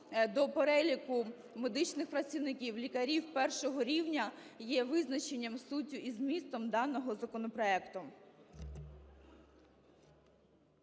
до переліку медичних працівників лікарів першого рівня є визначенням, суттю і змістом даного законопроекту.